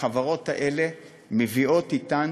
והחברות האלה מביאות אתן,